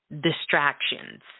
distractions